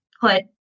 put